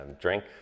drink